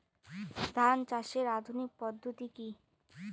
ধান চাষের আধুনিক পদ্ধতি কি?